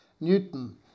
Newton